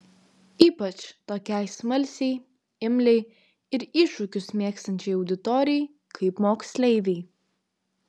ypač tokiai smalsiai imliai ir iššūkius mėgstančiai auditorijai kaip moksleiviai